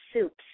soups